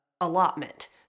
allotment